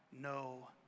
no